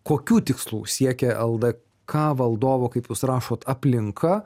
kokių tikslų siekia ldk valdovo kaip jūs rašot aplinka